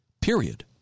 Period